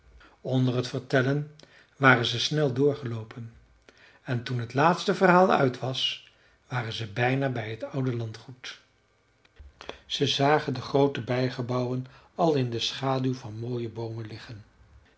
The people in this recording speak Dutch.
onder t vertellen waren ze snel doorgeloopen en toen t laatste verhaal uit was waren ze bijna bij t oude landgoed ze zagen de groote bijgebouwen al in de schaduw van mooie boomen liggen